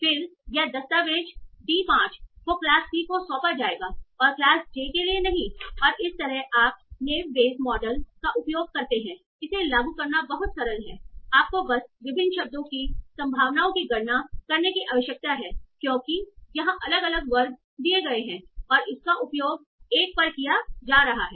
फिर यह दस्तावेज़ d 5 को क्लास c को सौंपा जाएगा और क्लास j के लिए नहीं और इस तरह आप उपयोग करते हैंइसे लागू करना बहुत सरल है आपको बस विभिन्न शब्दों की संभावनाओं की गणना करने की आवश्यकता है क्योंकि यहां अलग अलग वर्ग दिए गए हैं और इसका उपयोग 1 पर किया जा रहा है